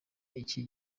iki